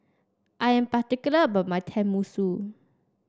I am particular about my Tenmusu